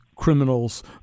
criminals